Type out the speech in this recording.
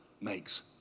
makes